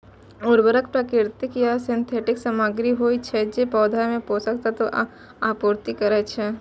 उर्वरक प्राकृतिक या सिंथेटिक सामग्री होइ छै, जे पौधा मे पोषक तत्वक आपूर्ति करै छै